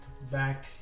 back